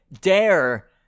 dare